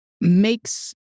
makes